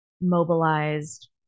mobilized